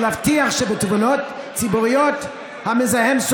ונוכל להבטיח שבתובענות ציבוריות המזהם,